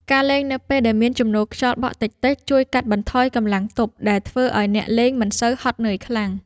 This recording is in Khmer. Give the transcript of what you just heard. ការលេងនៅពេលដែលមានជំនោរខ្យល់បក់តិចៗ ជួយកាត់បន្ថយកម្លាំងទប់ដែលធ្វើឱ្យអ្នកលេងមិនសូវហត់នឿយខ្លាំង។